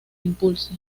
impulse